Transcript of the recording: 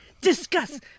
Discuss